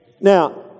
Now